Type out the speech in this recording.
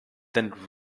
then